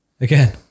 Again